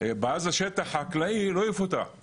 מאוד חשוב לנו להגיע לתוצר הסופי שזה היתרי